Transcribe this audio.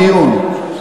כמה השתתפו בדיון?